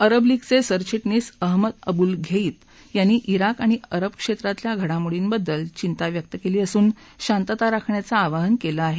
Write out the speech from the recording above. अरब लीगचे सरचि ग्रीस अहमद अबूल घेईत यांनी ्रोक आणि अरब क्षेत्रातील घडामोडींबद्दल चिंता व्यक्त केली असून शांतता राखण्याचं आवाहन केलं आहे